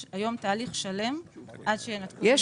יש היום תהליך שלם עד שינתקו --- יש